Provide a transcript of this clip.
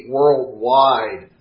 worldwide